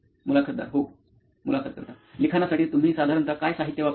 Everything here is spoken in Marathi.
मुलाखतदार हो मुलाखत कर्ता लिखाणासाठी तुम्ही साधारणतः काय साहित्य वापरतात